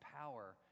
power